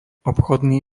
obchodný